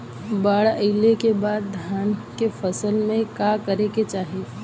बाढ़ आइले के बाद धान के फसल में का करे के चाही?